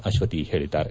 ಅಶ್ವತಿ ಹೇಳಿದ್ದಾರೆ